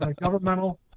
governmental